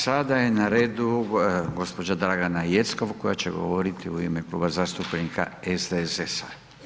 Sada je na redu gospođa Dragana Jeckov koja će govoriti u ime Kluba zastupnika SDSS-a.